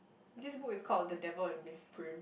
this book is called the-devil-and-Miss-Prym